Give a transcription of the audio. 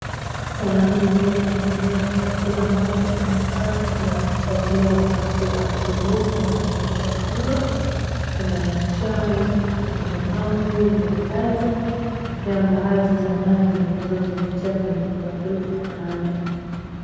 Sahani iliyopakuliwa chakula ambacho sana sana kinapakuliwa wakati wa asubuhi kama kiamsha kinywa, kina chai, kuna mahamri na viazi na pia mbaazi za nazi ambazo zimetiwa kwenye kibakuli kwa kando.